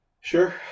Sure